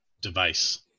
device